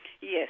Yes